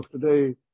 today